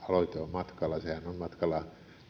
matkalla sehän on matkalla